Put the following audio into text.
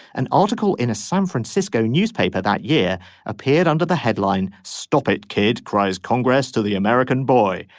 an article in a san francisco newspaper that year appeared under the headline. stop it kid cries congress to the american boy.